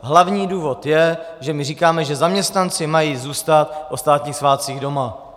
Hlavní důvod je, že my říkáme, že zaměstnanci mají zůstat o státních svátcích doma.